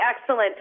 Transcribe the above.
excellent